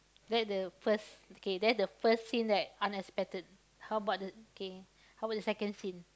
that the first okay that the first scene that unexpected how about the K how bout the second scene